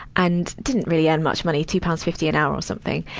and didn't really earn much money two pounds. fifty an hour or something.